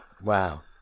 Wow